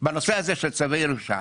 בנושא הזה של צווי ירושה.